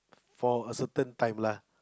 for a certain time lah